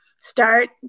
start